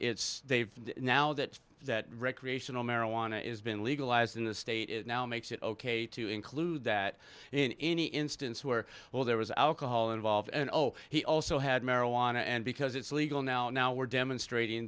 it's they've now that that recreational marijuana is been legalized in the state it now makes it ok to include that in any instance where well there was alcohol involved and oh he also had marijuana and because it's legal now and now we're demonstrating